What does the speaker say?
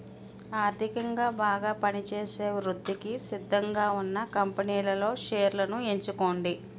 ఆర్థికంగా బాగా పనిచేసే వృద్ధికి సిద్ధంగా ఉన్న కంపెనీలలో షేర్లను ఎంచుకోండి